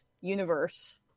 universe